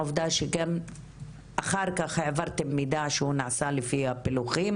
עובדה שאחר כך העברתם מידע שהוא נעשה לפי הפילוחים.